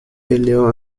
peleó